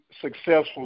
successful